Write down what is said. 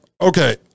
okay